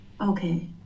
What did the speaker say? Okay